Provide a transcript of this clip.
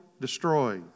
destroy